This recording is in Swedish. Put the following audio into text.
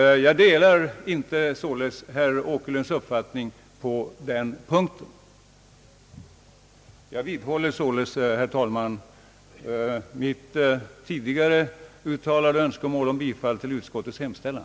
Jag vidhåller således, herr talman, mitt tidigare uttalade yrkande om bifall till utskottets hemställan.